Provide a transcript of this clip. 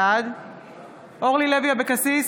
אורלי לוי אבקסיס,